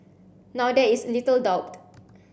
now there is little doubt